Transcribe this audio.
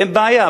אין בעיה.